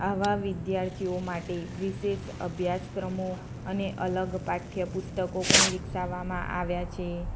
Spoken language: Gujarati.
આવા વિદ્યાર્થીઓ માટે વિશેષ અભ્યાસક્રમો અને અલગ પાઠ્યપુસ્ત્કો પણ વિકસાવામાં આવ્યા છે